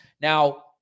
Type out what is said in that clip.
now